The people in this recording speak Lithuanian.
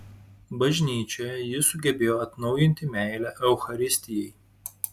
bažnyčioje jis sugebėjo atnaujinti meilę eucharistijai